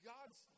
God's